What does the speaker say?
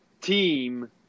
team